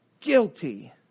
Guilty